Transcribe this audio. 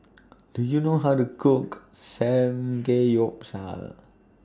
Do YOU know How to Cook Samgeyopsal